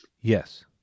Yes